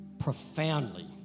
profoundly